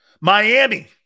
Miami